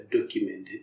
documented